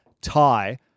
tie